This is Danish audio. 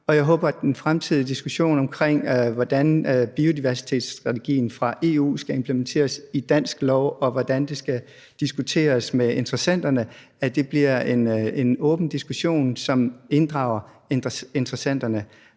Og jeg håber, at den fremtidige diskussion om, hvordan biodiversitetsstrategien fra EU skal implementeres i dansk lov, og hvordan det skal diskuteres med interessenterne, bliver en åben diskussion, som inddrager interessenterne